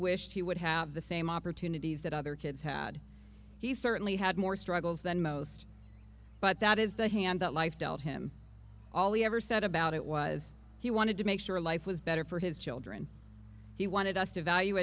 wished he would have the same opportunities that other kids had he certainly had more struggles than most but that is the hand that life dealt him all he ever said about it was he wanted to make sure life was better for his children he wanted us to value